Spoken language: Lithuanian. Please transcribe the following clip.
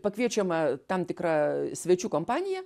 pakviečiama tam tikra svečių kompanija